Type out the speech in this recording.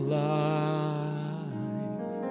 life